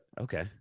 okay